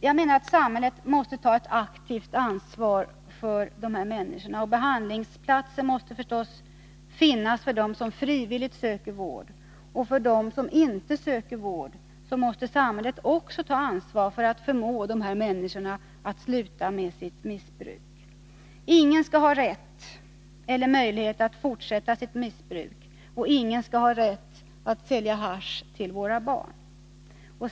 Jag menar att samhället måste ta ett aktivt ansvar för dessa människor. Behandlingsplatser måste naturligtvis finnas för dem som frivilligt söker vård. För dem som inte söker vård måste samhället också ta ansvar för att förmå dessa människor att sluta med sitt missbruk. Ingen skall ha rätt eller möjlighet att fortsätta sitt missbruk, och ingen skall ha rätt att sälja hasch till våra barn.